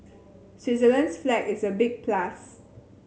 Switzerland's flag is a big plus